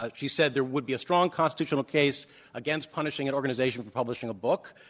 ah she said there would be a strong constitutional case against punishing an organization for publishing a book,